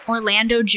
Orlando